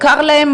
קר להם,